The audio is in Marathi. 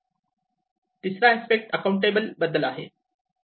तिसरा अस्पेक्ट अकाउंटेबल बद्दल आहे